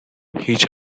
هیچ